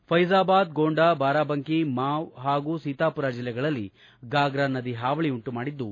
ಫ್ಲೆಜಾಬಾದ್ ಗೊಂಡಾ ಬಾರಾಬಂಕಿ ಮಾವ್ ಹಾಗೂ ಸೀತಾಪುರ ಜಿಲ್ಲೆಗಳಲ್ಲಿ ಫಾಗ್ರಾ ನದಿ ಹಾವಳಿ ಉಂಟುಮಾಡಿದ್ದು